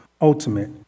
ultimate